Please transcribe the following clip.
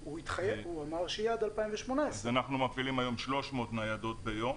הוא אמר שיהיו עד 2018. אז אנחנו מפעילים היום 300 ניידות ביום,